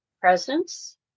presence